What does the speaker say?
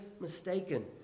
mistaken